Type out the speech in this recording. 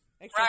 Right